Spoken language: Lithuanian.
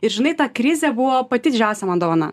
ir žinai ta krizė buvo pati didžiausia man dovana